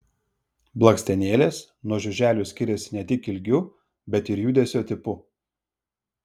blakstienėlės nuo žiuželių skiriasi ne tik ilgiu bet ir judesio tipu